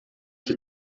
que